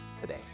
today